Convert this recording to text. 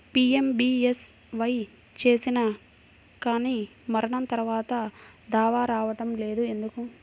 PMBSY చేసినా కానీ మరణం తర్వాత దావా రావటం లేదు ఎందుకు?